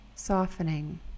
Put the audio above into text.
Softening